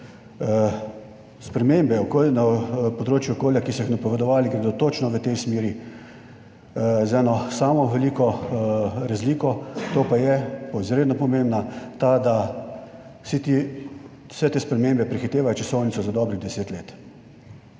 Spremembe na področju okolja, ki ste jih napovedovali, gredo točno v tej smeri, z eno samo veliko razliko, ki pa je izredno pomembna, in sicer, da vse te spremembe prehitevajo časovnico za dobrih deset let.